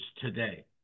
today